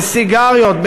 בסיגריות,